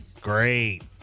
great